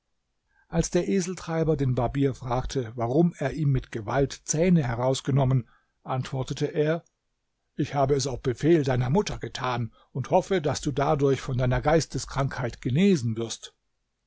als der eseltreiber den barbier fragte warum er ihm mit gewalt zähne herausgenommen antwortete er ich habe es auf befehl deiner mutter getan und hoffe daß du dadurch von deiner geisteskrankheit genesen wirst